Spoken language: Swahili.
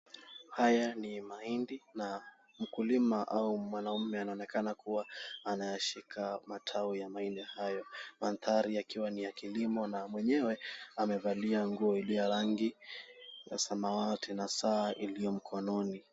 Haya ni mahindi, na mkulima au mwanaume anaonekana kuwa anayashika matawi ya mahindi hayo. Mandhari yakiwa ni ya kilimo, na mwenyewe amevalia nguo iliyo ya rangi ya samawati, na saa iliyo mkononi.